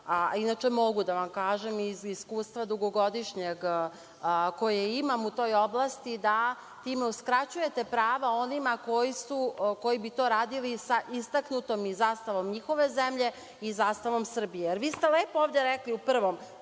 inače mogu da vam kažem, iz iskustva dugogodišnjeg koje imam u toj oblasti, da time uskraćujete prava onima koji bi to radili sa istaknutom i zastavom njihove zemlje i zastavom Srbije. Vi